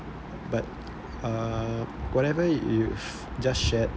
but err whatever you just shared